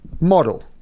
model